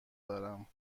دارم